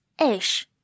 -ish